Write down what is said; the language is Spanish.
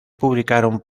publicaron